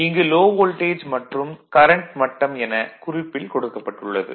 இங்கு low voltage மற்றும் current மட்டம் என குறிப்பில் கொடுக்கப்பட்டு உள்ளது